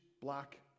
black